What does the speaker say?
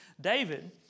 David